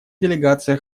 делегация